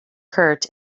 kurt